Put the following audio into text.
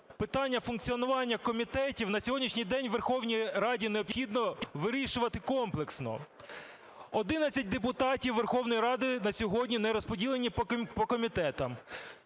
питання функціонування комітетів на сьогоднішній день у Верховній Раді необхідно вирішувати комплексно. 11 депутатів Верховної Ради на сьогодні не розподілені по комітетам.